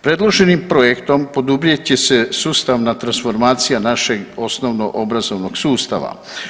Predloženim projektom poduprijet će se sustavna transformacija našeg osnovno obrazovnog sustava.